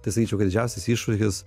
tai sakyčiau kad didžiausias iššūkis